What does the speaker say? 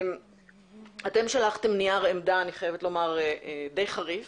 אתם שלחתם נייר עמדה די חריף